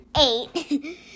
eight